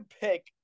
pick